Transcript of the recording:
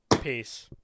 Peace